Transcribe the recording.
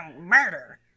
murder